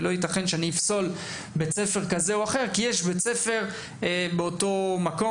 ולא ייתכן שאני אפסול בית ספר כזה או אחר כי יש בית ספר באותו מקום,